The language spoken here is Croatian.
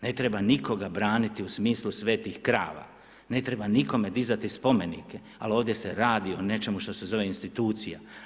Ne treba nikoga braniti u smislu svetih krava, ne treba nikome dizati spomenike, ali ovdje se radi o nečemu što se zove institucija.